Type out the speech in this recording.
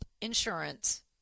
insurance